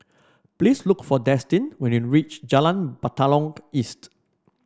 please look for Destin when you reach Jalan Batalong East